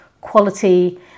quality